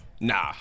Nah